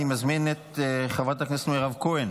אני מזמין את חברת הכנסת מירב כהן